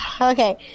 okay